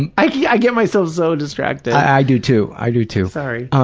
and i yeah i get myself so distracted. i do, too. i do, too. sorry.